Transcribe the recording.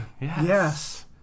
Yes